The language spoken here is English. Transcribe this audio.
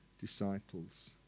Disciples